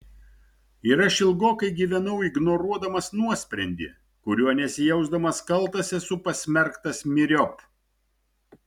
ir aš ilgokai gyvenau ignoruodamas nuosprendį kuriuo nesijausdamas kaltas esu pasmerktas myriop